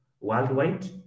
worldwide